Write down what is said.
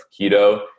keto